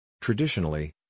Traditionally